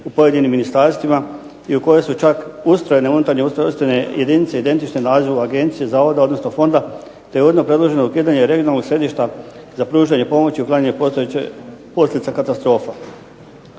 u pojedinim ministarstvima i u kojoj su čak ustrojene unutarnje ustrojstvene jedinice identične nazivu agencije, zavoda, odnosno fonda te je ujedno predloženo ukidanje regionalnog središta za pružanje pomoći i uklanjanje postojećih posljedica